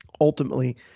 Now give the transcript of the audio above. ultimately